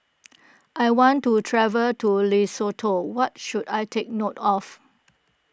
I want to travel to Lesotho what should I take note of